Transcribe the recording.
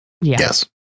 Yes